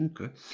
okay